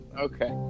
Okay